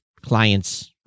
client's